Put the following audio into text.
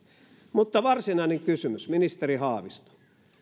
mutta varsinainen kysymys ministeri haavisto